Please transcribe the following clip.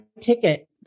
ticket